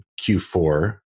Q4